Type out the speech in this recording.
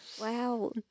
Wow